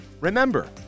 Remember